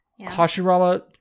Hashirama